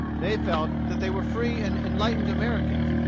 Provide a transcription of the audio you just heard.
they felt that they were free and enlightened americans,